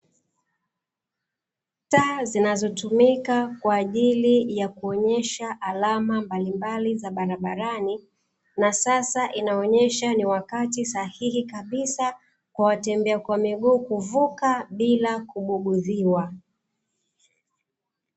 Taa zinazotumika kwa ajili ya kuonyesha alama mbalimbali za barabarani, na sasa inaonyesha ni wakati sahihi kabisa kwa watembea kwa miguu kuvuka bila kubugudhiwa.